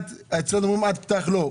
אצלנו אומרים עד פתח לו.